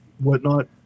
whatnot